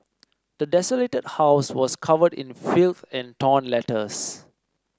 the desolated house was covered in filth and torn letters